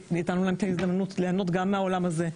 ונתנו להם את ההזדמנות להנות גם מהעולם הזה,